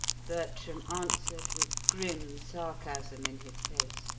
bertram answered, with grim sarcasm in his face,